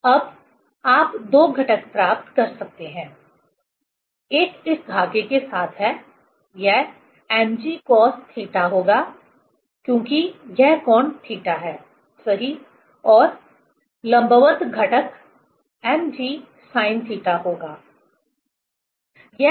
अब आप दो घटक प्राप्त कर सकते हैं एक इस धागे के साथ है यह mg cos थीटा होगा क्योंकि यह कोण थीटा है सही और लंबवत घटक mg sin थीटा होगा